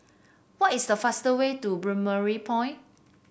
what is the faster way to Balmoral Point